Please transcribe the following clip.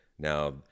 Now